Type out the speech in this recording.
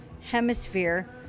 hemisphere